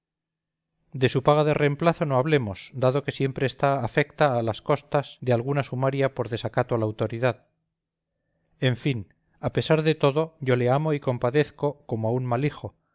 de su paga de reemplazo no hablemos dado que siempre está afecta a las costas de alguna sumaria por desacato a la autoridad en fin a pesar de todo yo le amo y compadezco como a un